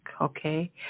okay